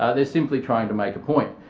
ah they're simply trying to make a point.